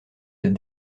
des